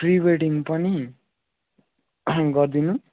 pre wedding पनि गरिदिनु